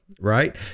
right